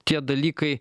tie dalykai